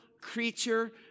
creature